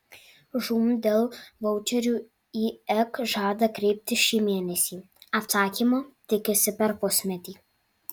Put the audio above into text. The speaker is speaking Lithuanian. žūm dėl vaučerių į ek žada kreiptis šį mėnesį atsakymo tikisi per pusmetį